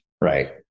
right